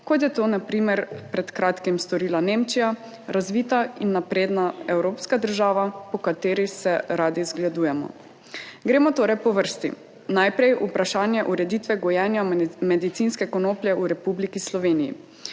primer pred kratkim storila Nemčija, razvita in napredna evropska država, po kateri se radi zgledujemo. Gremo torej po vrsti. Najprej vprašanje ureditve gojenja medicinske konoplje v Republiki Sloveniji.